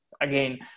again